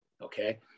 okay